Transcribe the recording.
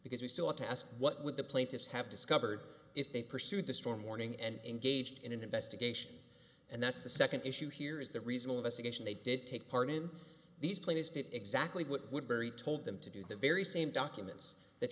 because we still want to ask what would the plaintiffs have discovered if they pursued the storm warning and engaged in an investigation and that's the second issue here is the reason all of us again they did take part in these places did exactly what would barry told them to do the very same documents that